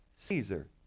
Caesar